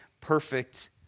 perfect